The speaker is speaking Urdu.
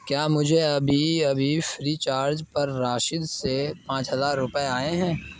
کیا مجھے ابھی ابھی فری چارج پر راشد سے پانچ ہزار روپئے آئے ہیں